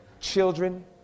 children